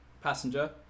passenger